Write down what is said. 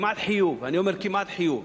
אני אומר כמעט חיוב,